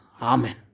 amen